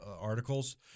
articles